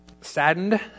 saddened